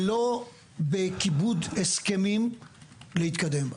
שלא בכיבוד הסכמים, להתקדם.